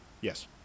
yes